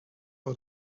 for